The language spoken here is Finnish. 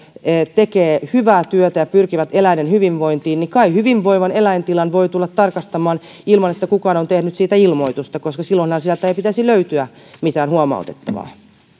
tekevät hyvää työtä ja pyrkivät eläinten hyvinvointiin niin kai hyvinvoivan eläintilan voi tulla tarkastamaan ilman että kukaan on tehnyt siitä ilmoitusta koska silloinhan sieltä ei pitäisi löytyä mitään huomautettavaa